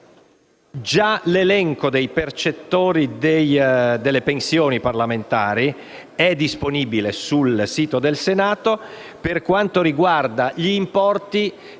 G28, l'elenco dei percettori delle pensioni parlamentari è già disponibile sul sito del Senato. Per quanto riguarda gli importi,